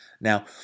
Now